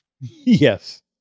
Yes